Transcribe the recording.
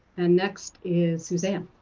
and next is suzan.